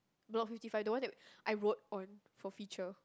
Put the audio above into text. block fifty five the one that I wrote on for feature